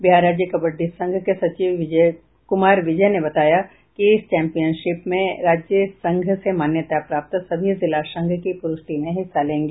बिहार राज्य कबड्डी संघ के सचिव कुमार विजय ने बताया कि इस चैंपियनशिप में राज्य संघ से मान्यता प्राप्त सभी जिला संघ की पुरुष टीमें हिस्सा लेंगी